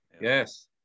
Yes